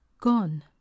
Gone